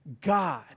God